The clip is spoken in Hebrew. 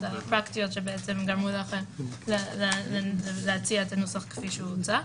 הפרקטיות שגרמו לכם להציע את הנוסח כפי שהוצע.